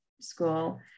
School